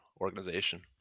organization